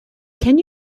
can